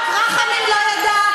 רק "רחמים לא ידע"?